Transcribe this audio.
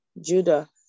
Judah